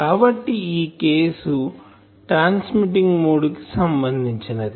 కాబట్టి ఈ case transmitting mode కి సంబంధించినది